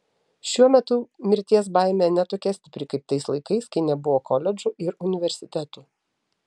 šiuo metu mirties baimė ne tokia stipri kaip tais laikais kai nebuvo koledžų ir universitetų